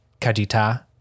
Kajita